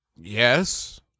Yes